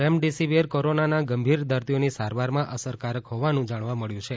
remdesivir કોરોનાના ગંભીર દર્દીઓની સારવારમાં અસરકારક હોવાનું જાણવા મળ્યું છે